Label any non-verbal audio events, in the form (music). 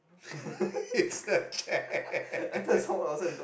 (laughs) it's a chair